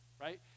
right